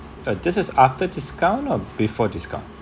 uh this is after discount or before discount